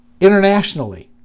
internationally